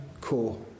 core